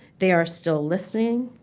they are still listening.